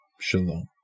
Shalom